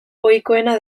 ohikoena